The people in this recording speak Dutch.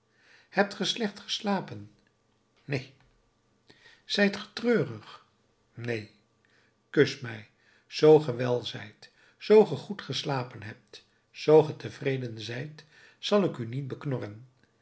hebt ge slecht geslapen neen zijt ge treurig neen kus mij zoo ge wel zijt zoo ge goed geslapen hebt zoo ge tevreden zijt zal ik u niet beknorren